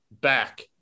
back